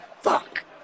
fuck